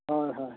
ᱦᱳᱭ ᱦᱳᱭ